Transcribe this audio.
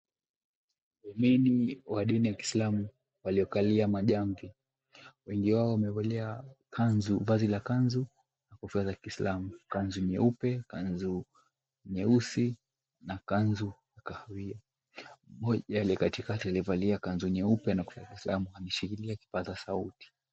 Waumini wa dini ya kiislamu waliokalia majamvi wengi wao wamevalia kanzu, vazi la kanzu na kofia za kiislamu. Kanzu nyeupe, kanzu nyeusi na kanzu kahawia. Mmoja aliye katikati aliyevalia kanzu nyeupe na kofia ya kiislamu ameshikilia kipaza sauti.